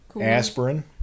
Aspirin